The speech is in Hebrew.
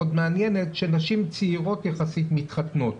מעניינת שנשים צעירות יחסית מתחתנות.